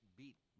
beat